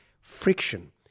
friction